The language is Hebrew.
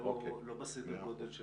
זה לא בסדר גודל של